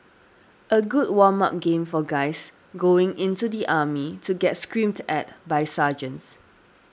a good warm up game for guys going into the army to get screamed at by sergeants